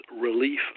relief